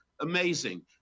amazing